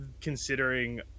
considering